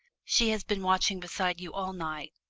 she has been watching beside you all night.